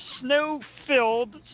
snow-filled